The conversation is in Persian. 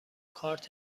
کارت